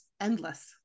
endless